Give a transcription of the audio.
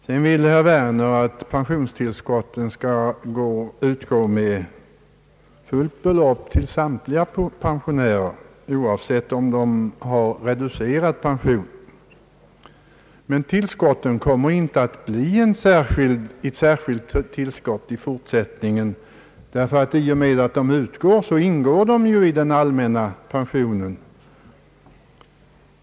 Herr Werner vill vidare att pensionstillskotten skall utgå med fullt belopp till samtliga pensionärer oavsett om reducerad pension föreligger. Men de här beloppen kommer i fortsättningen inte att bli något slags särskilt tillskott, därför att de kommer att ingå i den allmänna pensionen.